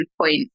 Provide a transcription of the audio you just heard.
point